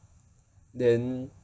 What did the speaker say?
then